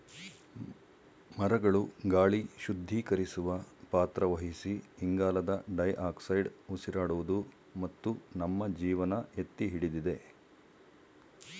ಮರಗಳು ಗಾಳಿ ಶುದ್ಧೀಕರಿಸುವ ಪಾತ್ರ ವಹಿಸಿ ಇಂಗಾಲದ ಡೈಆಕ್ಸೈಡ್ ಉಸಿರಾಡುವುದು ಮತ್ತು ನಮ್ಮ ಜೀವನ ಎತ್ತಿಹಿಡಿದಿದೆ